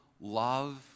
love